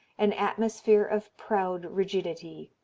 an atmosphere of proud rigidity.